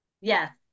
Yes